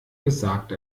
gesagt